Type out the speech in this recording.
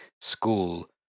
school